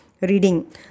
Reading